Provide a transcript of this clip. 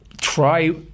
try